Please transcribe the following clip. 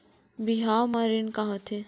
बिहाव म ऋण का होथे?